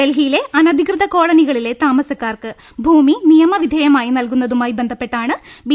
ഡൽഹിയിലെ അനധികൃത കോളനികളിലെ താമസക്കാർക്ക് ഭൂമി നിയമ വിധേയമായി നൽകു ന്നതുമായി ബന്ധപ്പെട്ടാണ് ബി